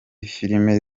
filimi